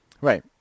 Right